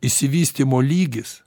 išsivystymo lygis